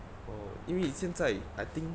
oh 因为现在 I think